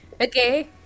Okay